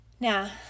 Now